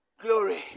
Glory